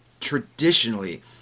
traditionally